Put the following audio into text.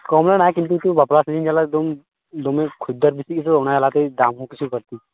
ᱠᱚᱢ ᱞᱮᱱᱟ ᱠᱤᱱᱛᱩ ᱵᱟᱯᱞᱟ ᱥᱤᱡᱮᱱ ᱡᱟᱞᱟ ᱮᱠᱫᱚᱢ ᱫᱚᱢᱮ ᱠᱷᱩᱫᱟᱹᱨ ᱵᱤᱥᱤᱜ ᱟᱛᱚ ᱚᱱᱟ ᱡᱟᱞᱟᱛᱮ ᱫᱟᱢ ᱦᱚᱸ ᱠᱤᱪᱷᱩ ᱵᱟᱹᱲᱛᱤ